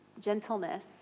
gentleness